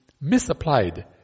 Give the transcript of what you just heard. misapplied